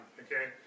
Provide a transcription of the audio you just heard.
Okay